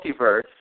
multiverse